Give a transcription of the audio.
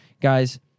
Guys